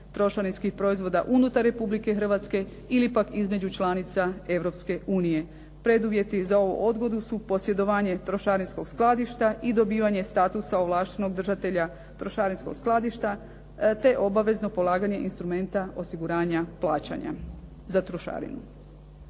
trošarinskih proizvoda unutar Republike Hrvatske ili pak između članica Europske unije. Preduvjeti za ovu odgodu su posjedovanje trošarinskog skladišta i dobivanje statusa ovlaštenog držatelja trošarinskog skladišta, te obavezno polaganje instrumenta osiguranja plaćanja za trošarinu.